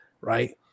Right